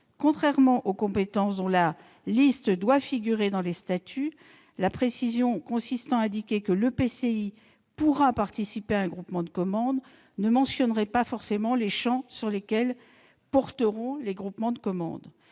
Contrairement aux compétences dont la liste doit figurer dans les statuts, la précision consistant à indiquer que l'EPCI pourra participer à un groupement de commandes ne mentionnerait pas forcément les champs sur lesquels porteront les groupements de commandes.